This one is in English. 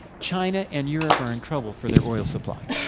china and europe are in trouble for their oil supply.